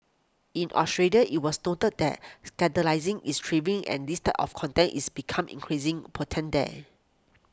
in Australia it was noted that scandalising is thriving and this type of contempt is becoming increasing potent there